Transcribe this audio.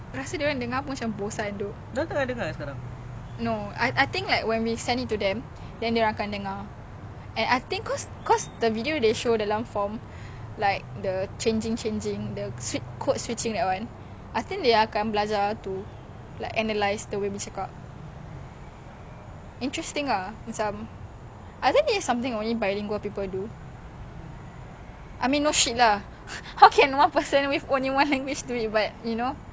interesting ah macam I think this is something only bilingual people do I mean no shit lah how can one person with only one language do it what you know but then I've never heard of a chinese person speak in chinese in mandarin and english like campur is usually one one like ya around me lah is like very rare and like